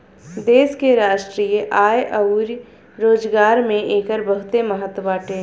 देश के राष्ट्रीय आय अउरी रोजगार में एकर बहुते महत्व बाटे